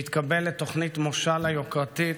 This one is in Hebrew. שהתקבל לתוכנית מושל היוקרתית,